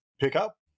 pickup